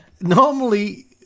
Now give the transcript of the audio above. normally